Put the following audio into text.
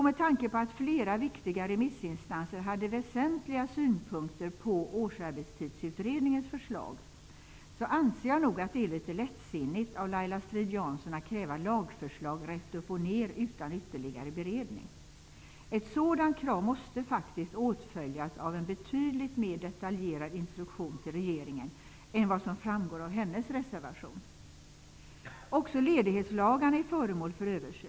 Med tanke på att flera viktiga remissinstanser hade väsentliga synpunkter på årsarbetstidsutredningens förslag, anser jag nog att det är lättsinnigt av Laila Strid Jansson att kräva lagförslag rätt upp och ned utan ytterligare beredning. Ett sådant krav måste faktiskt åtföljas av en betydligt mer detaljerad instruktion till regeringen än vad som framgår av hennes reservation. Också ledighetslagarna är föremål för översyn.